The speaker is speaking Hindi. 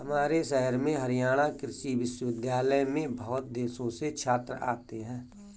हमारे शहर में हरियाणा कृषि विश्वविद्यालय में बहुत देशों से छात्र आते हैं